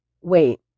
wait